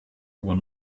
when